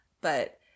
but-